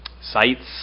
sites